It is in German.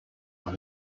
doch